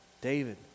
David